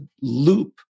loop